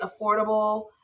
affordable